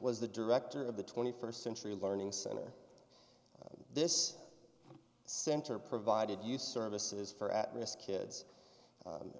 was the director of the twenty first century learning center this center provided youth services for at risk kids